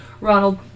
Ronald